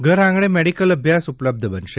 ઘર આંગણે મેડીકલ અભ્યાસ ઉપલબ્ધ બનશે